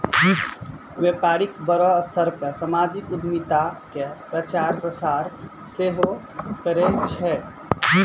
व्यपारी बड़ो स्तर पे समाजिक उद्यमिता के प्रचार प्रसार सेहो करै छै